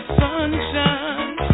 sunshine